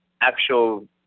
actual